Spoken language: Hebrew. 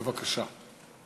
בבקשה.